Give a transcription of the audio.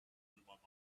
through